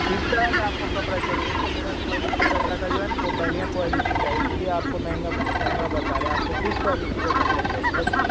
किस तरह का आपको कपड़ा चाहिए तो मेरा क्वालिटी कपड़ा का जो है न वह बढ़िया क्वालिटी का जो है इसीलिए आपको महंगा महंगा बता रहे है आप को किस क्वालिटी का कपड़ा चाहिए